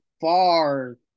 far